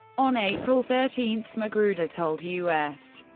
on april thirteen, magruder told u s.